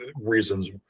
reasons